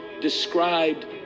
described